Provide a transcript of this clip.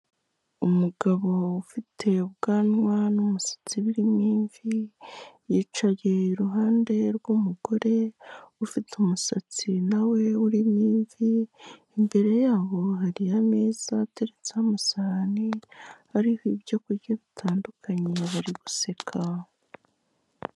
Umugabo ufite ubwanwa n'umusatsi birimo imvi, yicaye iruhande rw'umugore ufite umusatsi na we urimo imvi, imbere yaho hari ameza ateretseho amasahani ariho ibyo kurya bitandukanye, bari guseka.